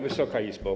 Wysoka Izbo!